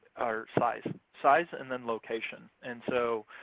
or size. size and then location. and so